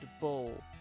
bull